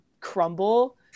crumble